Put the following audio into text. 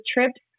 trips